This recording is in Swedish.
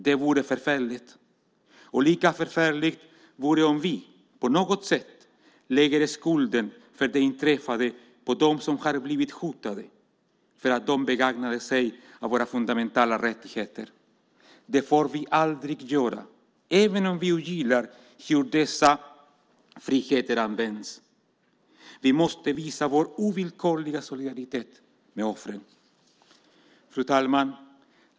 Det vore förfärligt, och lika förfärligt vore om vi, på något sätt, lägger skulden för det inträffade på dem som har blivit hotade för att de begagnade sig av våra fundamentala rättigheter. Det får vi aldrig göra även om vi ogillar hur dessa friheter används. Vi måste visa vår ovillkorliga solidaritet med offren. Fru talman!